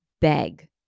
beg